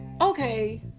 okay